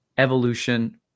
evolution